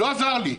לא עזר לי.